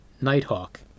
Nighthawk